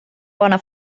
bona